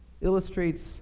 illustrates